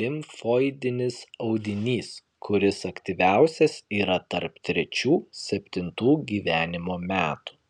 limfoidinis audinys kuris aktyviausias yra tarp trečių septintų gyvenimo metų